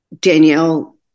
Danielle